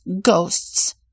ghosts